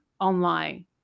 online